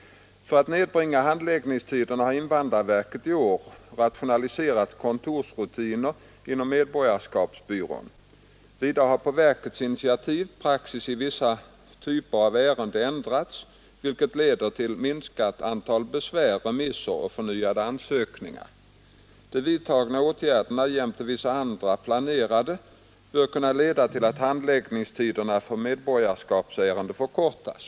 För att nedbringa handläggningstiderna har invandrarverket i år rationaliserat kontorsrutiner inom medborgarskapsbyrån. Vidare har på verkets initiativ praxis i vissa typer av ärenden ändrats, vilket leder till minskat antal besvär, remisser och förnyade ansökningar. De vidtagna åtgärderna jämte vissa andra planerade bör kunna leda till att handläggningstiderna för medborgarskapsärendena förkortas.